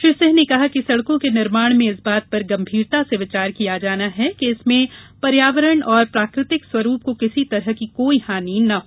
श्री सिंह ने कहा कि सड़कों के निर्माण में इस बात पर गंभीरता से विचार किया जाना है कि इनसे पर्यावरण और प्राकृ तिक स्वरूप को किसी तरह की कोई हानि न हो